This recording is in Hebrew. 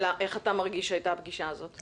איך אתה מרגיש שהייתה הפגישה הזאת?